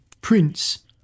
prince